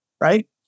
right